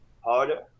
harder